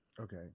Okay